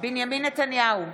בנימין נתניהו,